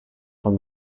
from